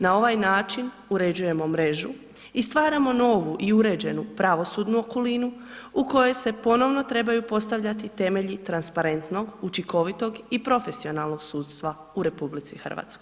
Na ovaj način uređujemo mrežu i stvaramo novu i uređenu pravosudnu okolinu u kojoj se ponovno trebaju postavljati temelji transparentnog, učinkovitog i profesionalnog sudstva u RH.